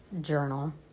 journal